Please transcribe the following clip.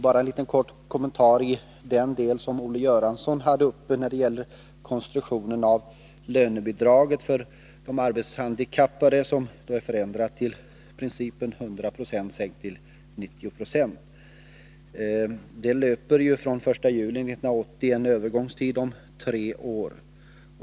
Bara en kort kommentar till vad Olle Göransson sade om konstruktionen av lönebidraget för de arbetshandikappade, som har förändrats från 100 96 till 90 20. Det löper från den 1 juli 1980, och övergångstiden är tre år.